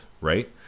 Right